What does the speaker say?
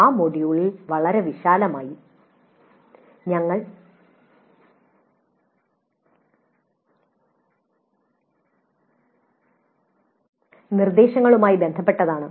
ആ മൊഡ്യൂളിൽ വളരെ വിശാലമായി ഞങ്ങൾ നിർദ്ദേശങ്ങളുമായി ബന്ധപ്പെട്ടതാണ്